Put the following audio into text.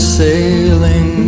sailing